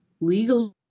legal